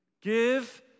give